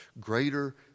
greater